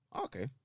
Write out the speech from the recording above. Okay